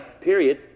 period